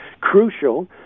crucial